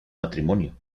matrimonio